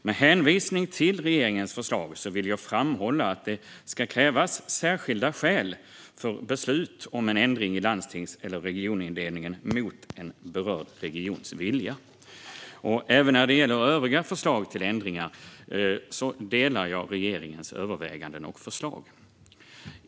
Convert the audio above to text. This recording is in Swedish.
Med hänvisning till regeringens förslag vill jag framhålla att det ska krävas särskilda skäl för beslut om en ändring i landstings eller regionindelningen mot en berörd regions vilja. Även när det gäller övriga förslag till ändringar delar jag regeringens överväganden och förslag.